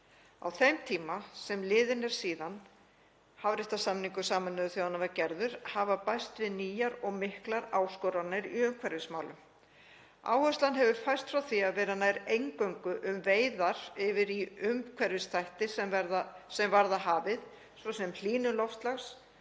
Á þeim árum sem liðin eru síðan hafréttarsamningur Sameinuðu þjóðanna var gerður hafa bæst við nýjar og miklar áskoranir í umhverfismálum. Áherslan hefur færst frá því að vera nær einvörðungu á veiðar yfir í umhverfisþætti sem varða hafið, svo sem hlýnun loftslags,